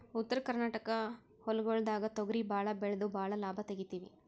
ಉತ್ತರ ಕರ್ನಾಟಕ ಹೊಲ್ಗೊಳ್ದಾಗ್ ತೊಗರಿ ಭಾಳ್ ಬೆಳೆದು ಭಾಳ್ ಲಾಭ ತೆಗಿತೀವಿ